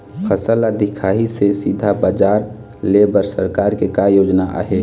फसल ला दिखाही से सीधा बजार लेय बर सरकार के का योजना आहे?